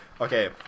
okay